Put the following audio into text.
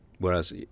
Whereas